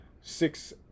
six